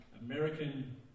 American